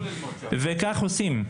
וכך עושים.